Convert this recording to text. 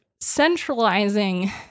centralizing